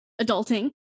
adulting